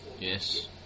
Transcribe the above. yes